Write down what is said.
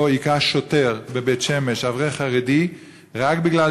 שבו הכה שוטר בבית-שמש אברך חרדי רק בגלל